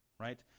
right